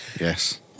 Yes